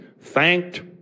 Thanked